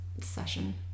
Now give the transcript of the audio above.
session